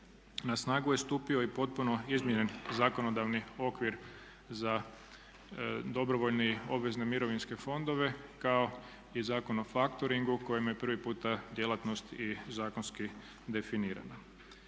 Na snagu je stupio i potpuno izmijenjen zakonodavni okvir za dobrovoljne obvezne mirovinske fondove kao i Zakon o factoringu kojem je prvi puta djelatnost i zakonski definirana.